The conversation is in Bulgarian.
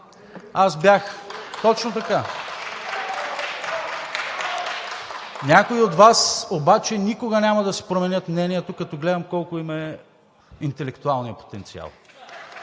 Точно така. Някои от Вас обаче никога няма да си променят мнението, като гледам колко им е интелектуалният потенциал.